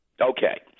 Okay